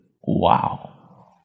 Wow